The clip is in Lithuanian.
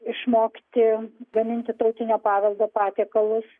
išmokti gaminti tautinio paveldo patiekalus